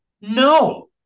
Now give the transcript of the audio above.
no